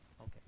Okay